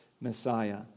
Messiah